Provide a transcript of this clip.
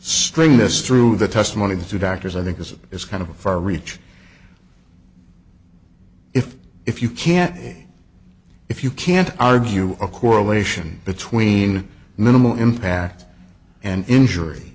string this through the testimony of the two doctors i think this is kind of a far reach if if you can't if you can't argue a correlation between minimal impact and injury